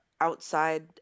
outside